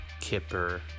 kipper